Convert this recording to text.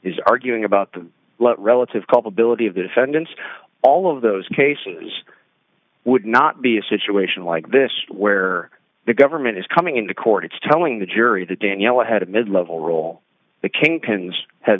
is arguing about the relative culpability of the defendants all of those cases would not be a situation like this where the government is coming into court it's telling the jury that daniela had a mid level role the kingpins ha